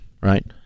right